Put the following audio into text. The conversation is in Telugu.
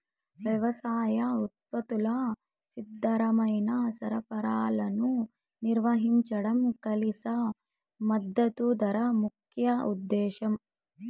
వ్యవసాయ ఉత్పత్తుల స్థిరమైన సరఫరాను నిర్వహించడం కనీస మద్దతు ధర ముఖ్య ఉద్దేశం